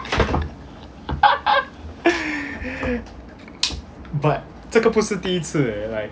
but 这个不是第一次 eh like